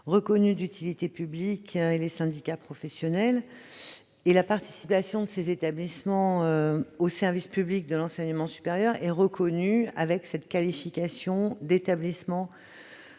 reconnues d'utilité publique et les syndicats professionnels. La participation de ces établissements au service public de l'enseignement supérieur est reconnue par la qualification d'établissements